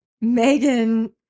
Megan